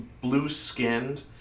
blue-skinned